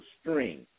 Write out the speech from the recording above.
string